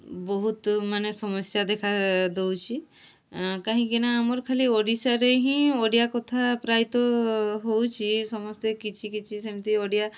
ବହୁତ ମାନେ ସମସ୍ୟା ଦେଖାଦେଉଛି କାହିଁକି ନା ଆମର ଖାଲି ଓଡ଼ିଶାରେ ହିଁ ଓଡ଼ିଆ କଥା ପ୍ରାୟତଃ ହେଉଛି ସମସ୍ତେ କିଛି କିଛି ସେମିତି ଓଡ଼ିଆ